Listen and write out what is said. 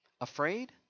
afraid